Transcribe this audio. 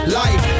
life